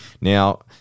Now